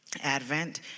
Advent